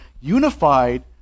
unified